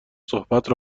صحبتم